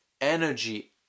energy